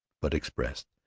but expressed,